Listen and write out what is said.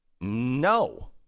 No